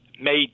made